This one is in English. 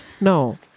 no